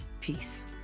Peace